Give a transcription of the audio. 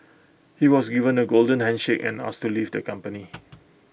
he was given A golden handshake and asked to leave the company